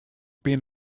been